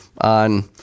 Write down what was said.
on